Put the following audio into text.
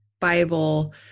Bible